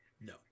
No